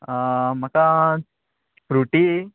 म्हाका फ्रुटी